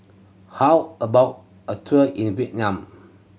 how about a tour in Vietnam